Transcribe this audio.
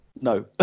no